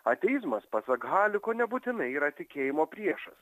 ateizmas pasak haliko nebūtinai yra tikėjimo priešas